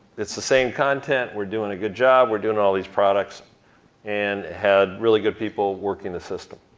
it's the same content. we're doing a good job. we're doing all these products and had really good people working the system.